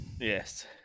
Yes